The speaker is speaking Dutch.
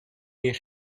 meer